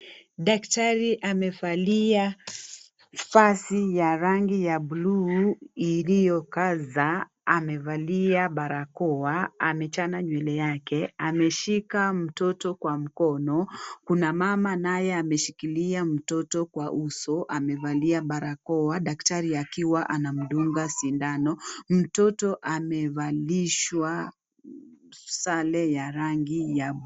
Daktari amevalia vazi ya rangi ya bluu iliyokaza, amevalia barakoa, amechana nywele yake, ameshika mtoto kwa mkono, kuna mama naye ameshikilia mtoto kwa uso, amevalia barakoa, daktari akiwa anamdunga sindano, mtoto amevalishwa sare ya rangi ya bluu.